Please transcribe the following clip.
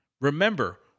remember